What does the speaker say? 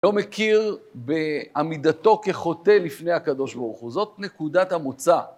לא מכיר בעמידתו כחוטא לפני הקדוש ברוך הוא, זאת נקודת המוצא.